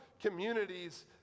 communities